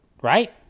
right